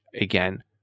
again